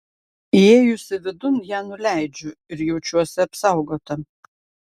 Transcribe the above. įėjusi vidun ją nuleidžiu ir jaučiuosi apsaugota